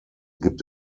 gibt